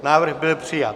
Návrh byl přijat.